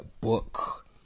book